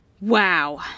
Wow